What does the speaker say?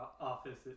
office